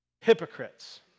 Hypocrites